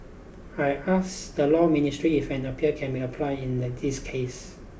I asked the Law Ministry if an appeal can be applied in the this case